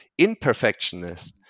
imperfectionist